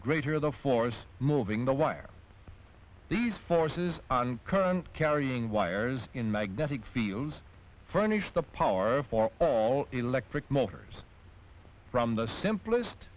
greater the force moving the wire these forces on current carrying wires in magnetic fields furnish the power for all electric motors from the simplest